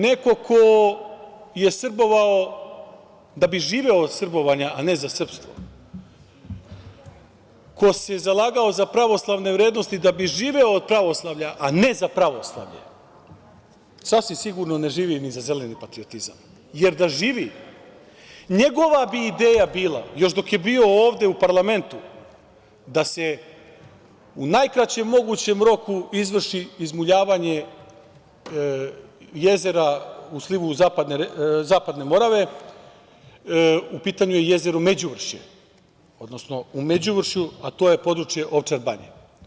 Neko ko je srbovao da bi živeo od srbovanja, a ne za srpstvo, ko se zalagao za pravoslavne vrednosti da bi živeo od pravoslavlja, a ne za pravoslavlje, sasvim sigurno ne živi ni za zeleni patriotizam, jer da živi, njegova bi ideja bila, još dok je bio ovde u parlamentu, da se u najkraćem mogućem roku izvrši izmuljavanje jezera u slivu Zapadne Morave, u pitanju je jezero Međuvršje, odnosno u Međuvršju, a to je područje Ovčar Banje.